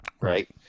right